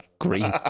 green